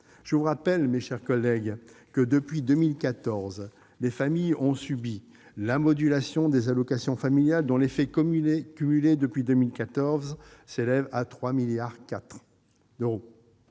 Je vous rappelle, mes chers collègues, que, depuis 2014, les familles ont subi : la modulation des allocations familiales, dont l'effet cumulé, depuis cette date, s'élève à 3,4 milliards d'euros